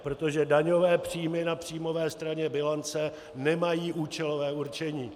Protože daňové příjmy na příjmové straně bilance nemají účelové určení.